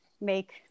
make